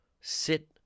sit